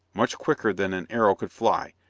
much quicker than an arrow could fly,